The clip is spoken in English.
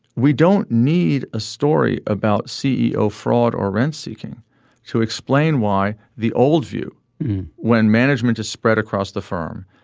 we don't need a story about ceo fraud or rent seeking to explain why the old view when management is spread across the firm.